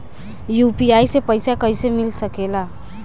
UPI से पइसा कईसे मिल सके ला?